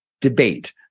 debate